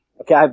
Okay